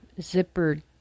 zippered